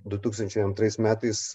du tūkstančiai antrais metais